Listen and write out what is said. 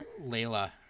Layla